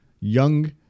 young